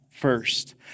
first